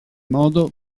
modo